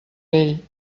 vell